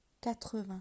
Quatre-vingt